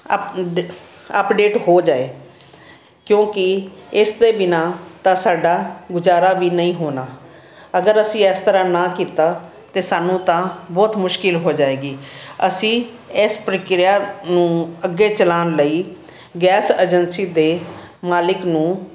up ਡ update ਹੋ ਜਾਵੇ ਕਿਉਂਕਿ ਇਸ ਦੇ ਬਿਨਾਂ ਤਾਂ ਸਾਡਾ ਗੁਜ਼ਾਰਾ ਵੀ ਨਹੀਂ ਹੋਣਾ ਅਗਰ ਅਸੀਂ ਇਸ ਤਰ੍ਹਾਂ ਨਾ ਕੀਤਾ ਤਾਂ ਸਾਨੂੰ ਤਾਂ ਬਹੁਤ ਮੁਸ਼ਕਿਲ ਹੋ ਜਾਵੇਗੀ ਅਸੀਂ ਇਸ ਪ੍ਰਕਿਰਿਆ ਨੂੰ ਅੱਗੇ ਚਲਾਉਣ ਲਈ ਗੈਸ ਏਜੰਸੀ ਦੇ ਮਾਲਿਕ ਨੂੰ